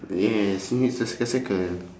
yes see cir~ circle circle